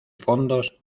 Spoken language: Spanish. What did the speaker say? fondos